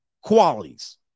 qualities